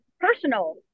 personal